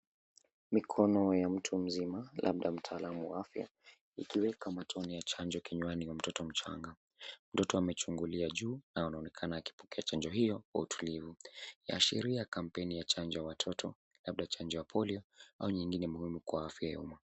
Mkono ya mtu mzima labda mtaalamu wa afya ikiweka tone ya chanjo kwa mtoto mchanga. Mtoto ame angalia juu na anaonekana akipokea chanjo hiyo kwa utulivu, ya ashiria kampeni ya watoto labda chanjo ya polio au chanjo muhimu kwa afya ya umma.